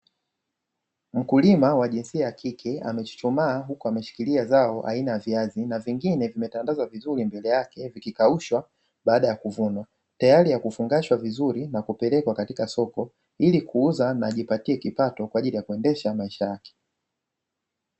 Mkulima wa jinsia ya kike amechuchumaa huku ameshikilia zao aina ya viazi. Na vingine vimetandazwa vizuri mbele yake vikikaushwa baada ya kuvunwa. Tayari ya kufungashwa vizuri na kupelekwa katika soko , ili kuuza na ajipatie kipato kwaajili ya kuendesha maisha yake.